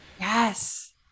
Yes